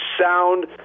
sound